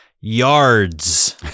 yards